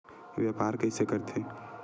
व्यापार कइसे करथे?